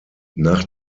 nach